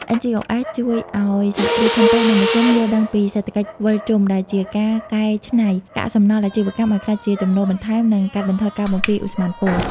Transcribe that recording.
NGOs ជួយឱ្យ សហគ្រាសធុនតូច និងមធ្យម យល់ដឹងពីសេដ្ឋកិច្ចវិលជុំ ដែលជាការកែច្នៃកាកសំណល់អាជីវកម្មឱ្យក្លាយជាចំណូលបន្ថែម និងកាត់បន្ថយការបំភាយឧស្ម័នពុល។